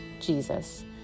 Jesus